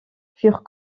furent